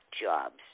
jobs